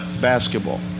basketball